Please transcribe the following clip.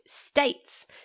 States